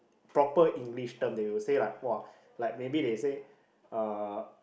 proper English term they will say like !woah! like maybe they say uh